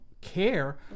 care